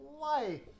life